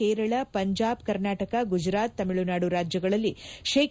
ಕೇರಳ ಪಂಜಾಬ್ ಕರ್ನಾಟಕ ಗುಜರಾತ್ ತಮಿಳುನಾಡು ರಾಜ್ಯಗಳಲ್ಲಿ ಶೇ